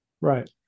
right